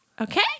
okay